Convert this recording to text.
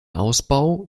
ausbau